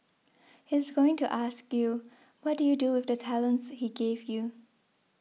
he's going to ask you what did you do with the talents he gave you